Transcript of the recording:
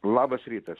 labas rytas